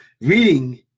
reading